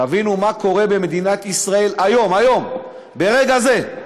תבינו מה קורה במדינת ישראל היום, היום, ברגע זה.